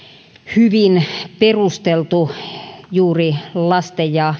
hyvin perusteltu juuri lasten ja